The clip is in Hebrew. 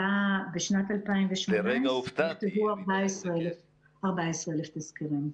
בשנת 2018 נכתבו 14,000 תסקירים.